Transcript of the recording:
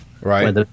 Right